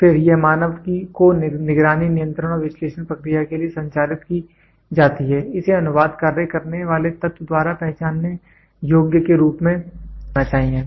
फिर यह मानव को निगरानी नियंत्रण और विश्लेषण प्रक्रिया के लिए संचारित की जाती है इसे अनुवाद कार्य करने वाले तत्व द्वारा पहचानने योग्य के रूप में रखा जाना चाहिए